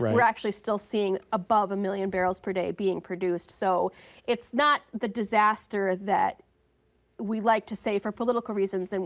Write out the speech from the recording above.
we're actually still seeing above a million barrels a day being produced. so it's not the disaster that we like to say for political reasons, and